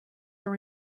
are